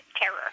terror